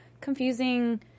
confusing